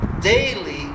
daily